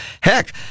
heck